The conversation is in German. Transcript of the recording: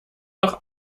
noch